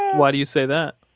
why do you say that?